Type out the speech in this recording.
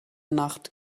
nacht